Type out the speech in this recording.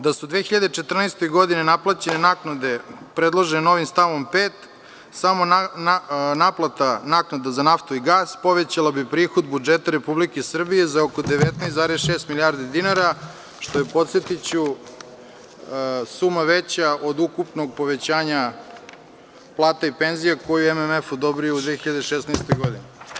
Da su 2014. godine naplaćene naknade predložene stavom 5. sama naplata naknada za naftu i gas povećala bi prihod budžeta RS za oko 19,6 milijardi dinara, što je, podsetiću, suma veća od ukupnog povećanja plata i penzija koje je MMF odobrio za 2016. godinu.